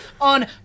on